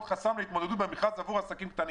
חסם להתמודדות במכרז עבור עסקים קטנים.